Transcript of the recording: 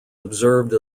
observed